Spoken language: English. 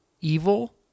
evil